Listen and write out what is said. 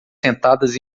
sentadas